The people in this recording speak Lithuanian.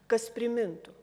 kas primintų